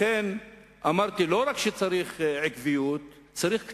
לכן אמרתי שצריך לא רק עקביות, צריך קצת,